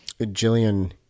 Jillian